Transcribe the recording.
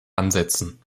ansetzen